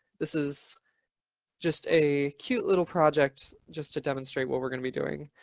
this is just a cute little project, just to demonstrate what we're going to be doing.